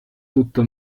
tutto